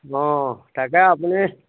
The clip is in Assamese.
অ তাকে আপুনি